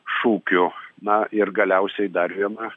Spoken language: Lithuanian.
šūkiu na ir galiausiai dar viena